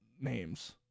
names